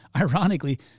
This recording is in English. ironically